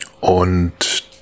Und